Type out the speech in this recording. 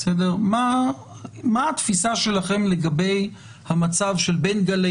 מה התפיסה שלכם לגבי המצב של בין גלי